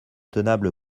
tenable